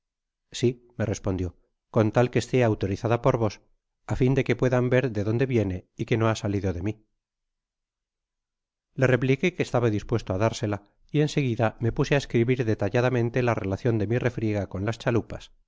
si me respondió con tal que esté autorizada por vos á fin de que puedan ver de donde viene y que no ha salido de mi te repliqué que estaba dispuesto á dársela y en seguida me puse á escribir detalladamente la relacion de mi refriega con las chalupas las